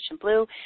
blue